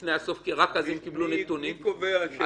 לפני הסוף כי רק אז הם קיבלו נתונים --- מי קובע שהן מוצדקות?